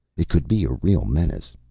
it could be a real menace.